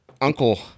Uncle